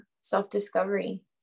self-discovery